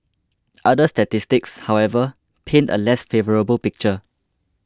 other statistics however paint a less favourable picture